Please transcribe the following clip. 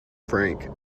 frank